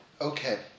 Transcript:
Okay